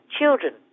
children